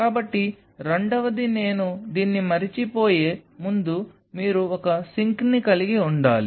కాబట్టి రెండవది నేను దీన్ని మరచిపోయే ముందు మీరు ఒక సింక్ని కలిగి ఉండాలి